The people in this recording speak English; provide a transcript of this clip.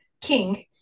king